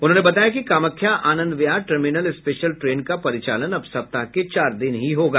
उन्होंने बताया कि Kamakhya Anand Vihar terminal special train का परिचालन अब सप्ताह के चार दिन ही होगा